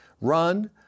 run